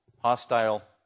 hostile